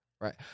right